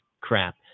crap